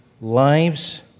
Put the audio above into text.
lives